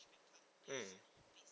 mm